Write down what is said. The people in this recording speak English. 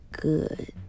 good